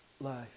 life